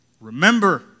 Remember